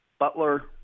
Butler